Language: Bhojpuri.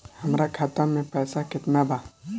हमरा खाता में पइसा केतना बा?